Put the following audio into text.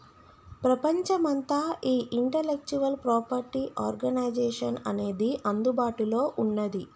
ప్రపంచమంతా ఈ intellectual property organisation అనేది అందుబాటులో ఉన్నది